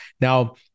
Now